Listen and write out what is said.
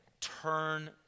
turn